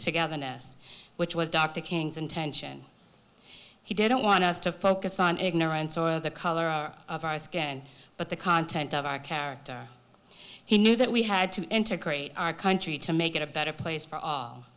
togetherness which was dr king's intention he didn't want us to focus on ignorance or the color of our skin but the content of our character he knew that we had to enter great our country to make it a better place for all